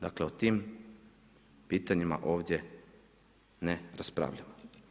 Dakle, o tim pitanjima ovdje ne raspravljamo.